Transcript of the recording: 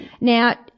now